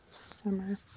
summer